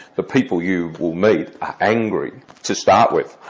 the people you will meet are angry to start with.